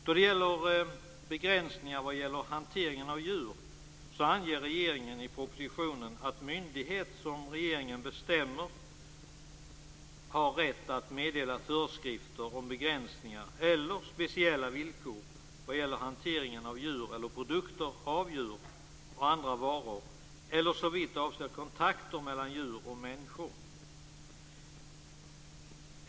Vad gäller begränsning av hantering av djur anger regeringen i propositionen att myndighet som regeringen bestämmer har rätt att meddela föreskrifter om begränsningar eller speciella villkor vad gäller hanteringen av djur eller produkter av djur och andra varor eller såvitt avser kontakter mellan djur och människor.